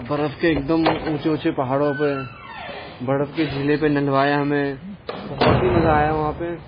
برف کے ایک دم اونچے اونچے پہاڑوں پہ برف کے جھیلے پہ نہلوایا ہمیں بہت ہی مزہ آیا وہاں پہ